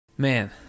Man